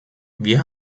wir